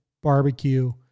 barbecue